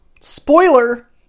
spoiler